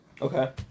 Okay